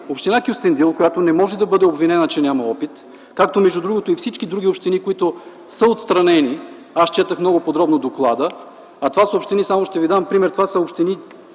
община Кюстендил, която не може да бъде обвинена, че няма опит, както между другото и всички други общини, които са отстранени... Аз четох много подробно доклада, това са 41 общини, от които 18 имат